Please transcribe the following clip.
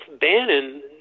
Bannon